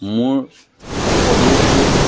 মোৰ সবিশেষটো